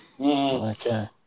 Okay